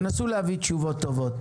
נסו להביא תשובות טובות.